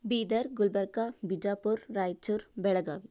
Bidar Gulbarga Bijapur Raichur Belagavi